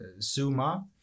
Zuma